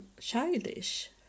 childish